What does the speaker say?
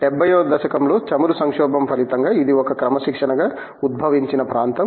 70 వ దశకంలో చమురు సంక్షోభం ఫలితంగా ఇది ఒక క్రమశిక్షణగా ఉద్భవించిన ప్రాంతం